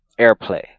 airplay